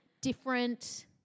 different